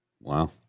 Wow